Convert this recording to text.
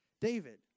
David